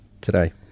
today